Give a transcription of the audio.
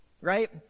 right